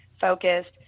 focused